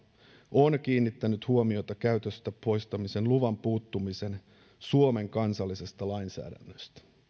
on kiinnittänyt huomiota käytöstä poistamisen luvan puuttumiseen suomen kansallisesta lainsäädännöstä